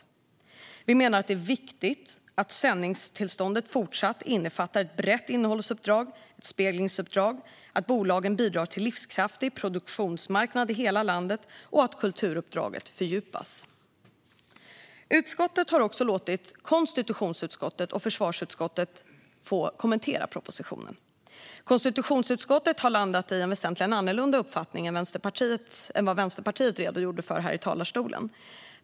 Vi menar att det är viktigt att sändningstillståndet fortsatt innefattar ett brett innehållsuppdrag, ett speglingsuppdrag, att bolagen bidrar till livskraftig produktionsmarknad i hela landet och att kulturuppdraget fördjupas. Utskottet har också låtit konstitutionsutskottet och försvarsutskottet få kommentera propositionen. Konstitutionsutskottet har landat i en väsentligen annorlunda uppfattning än vad Vänsterpartiet redogjorde för här i talarstolen.